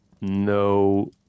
No